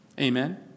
Amen